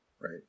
right